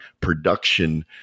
production